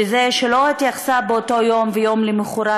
בזה שלא התייחסה באותו יום ויום למחרת,